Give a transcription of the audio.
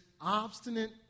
obstinate